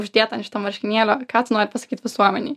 uždėta ant šito marškinėlio kad tu nori pasakyt visuomenei